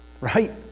right